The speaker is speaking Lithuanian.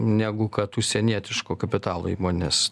negu kad užsienietiško kapitalo įmonės